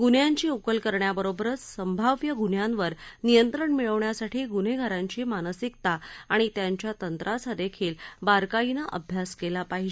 गुन्ह्यांची उकल करण्यासोबतच संभाव्य गुन्ह्यांवर नियंत्रण मिळवण्यासाठी गुन्हेगारांची मानसिकता आणि त्यांच्या तंत्रांचादेखील बारकाईनं अभ्यास केला पाहिजे असं त्यांनी सांगितलं